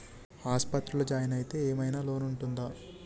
ఆస్పత్రి లో జాయిన్ అయితే ఏం ఐనా లోన్ ఉంటదా?